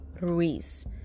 Ruiz